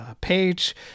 page